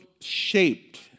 shaped